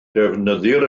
defnyddir